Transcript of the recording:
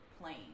plane